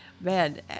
man